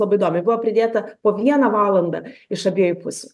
labai įdomiai buvo pridėta po vieną valandą iš abiejų pusių